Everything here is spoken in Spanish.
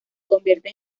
convierte